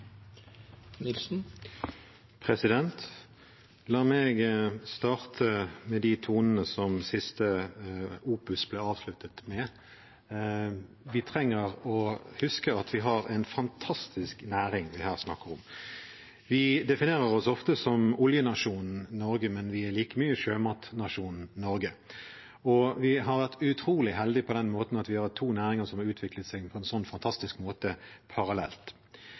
La meg starte med de tonene som siste opus ble avsluttet med: Vi trenger å huske at det er en fantastisk næring vi her snakker om. Vi definerer oss ofte som oljenasjonen Norge, men vi er like mye sjømatnasjonen Norge. Og vi har vært utrolig heldig på den måten at vi har hatt to næringer som har utviklet seg på en så fantastisk måte parallelt.